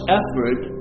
effort